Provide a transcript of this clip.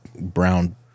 brown